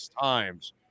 times